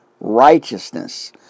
righteousness